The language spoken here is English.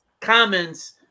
comments